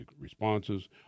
responses